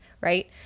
Right